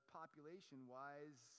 population-wise